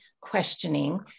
questioning